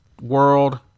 world